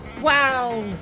Wow